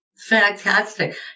Fantastic